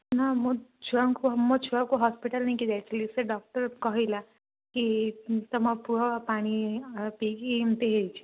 ନା ମୋ ଛୁଆଙ୍କୁ ମୋ ଛୁଆକୁ ହସ୍ପିଟାଲ ନେଇକିଯାଇଥିଲି ସେ ଡକ୍ଟର କହିଲା କି ତୁମ ପୁଅ ପାଣି ଆ ପିଇକି ଏମିତି ହେଇଛି